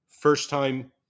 first-time